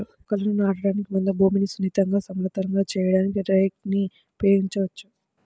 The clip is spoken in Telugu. మొక్కలను నాటడానికి ముందు భూమిని సున్నితంగా, సమతలంగా చేయడానికి రేక్ ని ఉపయోగించవచ్చు